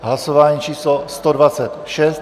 Hlasování číslo 126.